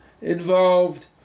involved